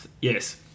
Yes